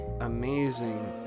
amazing